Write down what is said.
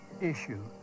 issue